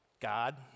God